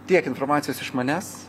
tiek informacijos iš manęs